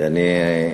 כי אני אומר,